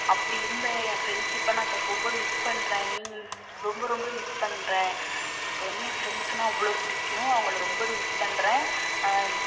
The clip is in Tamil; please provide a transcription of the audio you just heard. அப்படி இருந்த என் ஃப்ரெண்ட்ஷிப்பை இப்போ நான் இப்போ ரொம்ப மிஸ் பண்ணுறேன் நீங்கள் ரொம்ப ரொம்ப மிஸ் பண்றேன் எனக்கு வந்து என் ஃப்ரெண்ட்ஸுனா அவ்வளோ பிடிக்கும் அவங்களை ரொம்ப மிஸ் பண்ணுறேன்